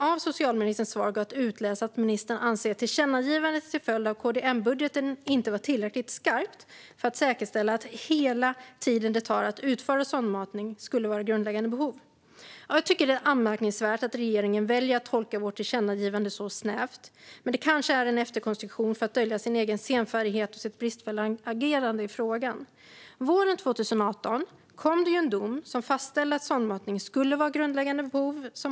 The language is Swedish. Av socialministerns svar går att utläsa att ministern anser att tillkännagivandet till följd av KD-M-budgeten inte var tillräckligt skarpt för att säkerställa att hela den tid det tar att utföra sondmatning skulle vara grundläggande behov. Jag tycker att det är anmärkningsvärt att regeringen väljer att tolka vårt tillkännagivande så snävt. Men kanske är det en efterkonstruktion för att dölja regeringens egen senfärdighet och dess bristfälliga agerande i frågan. Våren 2018 kom en dom som fastställde att sondmatning som måltid skulle vara grundläggande behov.